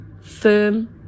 firm